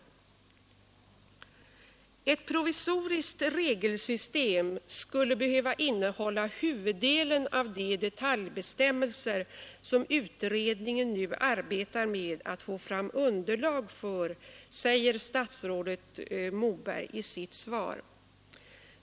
”Även ett provisoriskt regelsystem skulle behöva innehålla huvuddelen av de detaljbestämmelser som utredningen nu arbetar med att få fram underlag för”, säger statsrådet Moberg i sitt svar.